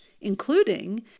including